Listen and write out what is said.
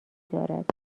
دارد